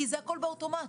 כי זה הכול באוטומט.